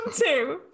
two